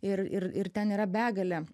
ir ir ir ten yra begalė